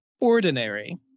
Ordinary